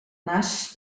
nas